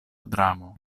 dramo